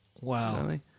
Wow